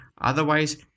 Otherwise